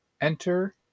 Enter